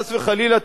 חס וחלילה,